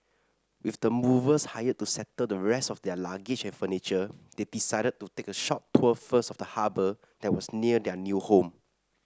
with the movers hired to settle the rest of their luggage and furniture they decided to take a short tour first of the harbour that was near their new home